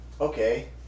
okay